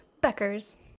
Beckers